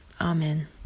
Amen